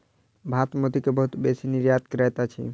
भारत मोती के बहुत बेसी निर्यात करैत अछि